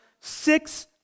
six